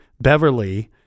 Beverly